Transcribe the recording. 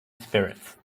spirits